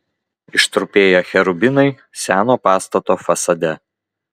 ištrupėję cherubinai seno pastato fasade